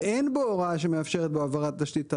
ואין בו הוראה מאפשרת בו העברת תשתית תת-קרקעית,